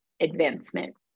advancement